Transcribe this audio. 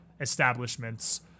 establishments